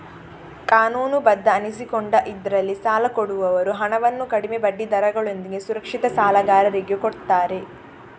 ಕಾನೂನುಬದ್ಧ ಅನಿಸಿಕೊಂಡ ಇದ್ರಲ್ಲಿ ಸಾಲ ಕೊಡುವವರು ಹಣವನ್ನು ಕಡಿಮೆ ಬಡ್ಡಿ ದರಗಳೊಂದಿಗೆ ಸುರಕ್ಷಿತ ಸಾಲಗಾರರಿಗೆ ಕೊಡ್ತಾರೆ